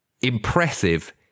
impressive